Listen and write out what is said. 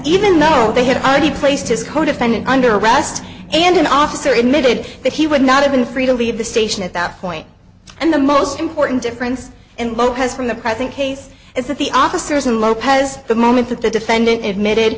even though they had already placed his codefendant under arrest and an officer emitted that he would not have been free to leave the station at that point and the most important difference and lopez from the present case is that the officers in lopez the moment that the defendant admitted